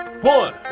One